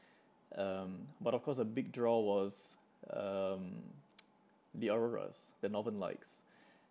um but of course a big draw was um the auroras the northern lights